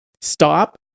stop